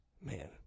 Man